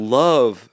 love